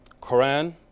Quran